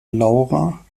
laura